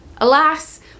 Alas